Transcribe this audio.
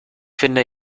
finde